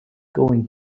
going